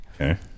Okay